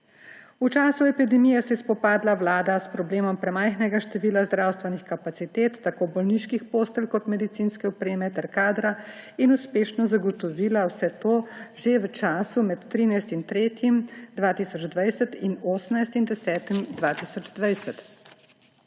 V času epidemije se je vlada spopadla s problemom premajhnega števila zdravstvenih kapacitet, tako bolniških postelj kot medicinske opreme ter kadra, in uspešno zagotovila vse to že v času med 13. 3. 2020 in 18. 10. 2020,